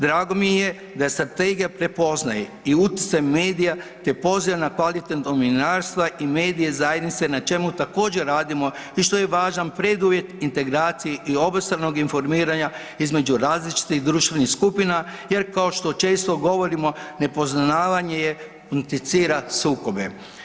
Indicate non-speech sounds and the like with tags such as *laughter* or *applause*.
Drago mi je da strategija prepoznaje i utjecaj medija te poziva na ... *unintelligible* novinarstva i medije zajednice na čemu također radimo i što je važan preduvjet integraciji i obostranog informiranja između različitih društvenih skupina jer kao što često govorimo, nepoznavanje inicira sukobe.